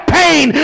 pain